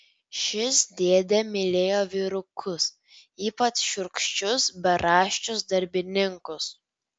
šis dėdė mylėjo vyrukus ypač šiurkščius beraščius darbininkus